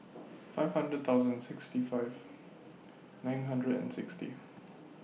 five hundred thousand sixty five nine hundred and sixty